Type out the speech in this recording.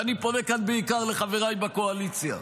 ואני פונה כאן בעיקר לחבריי בקואליציה: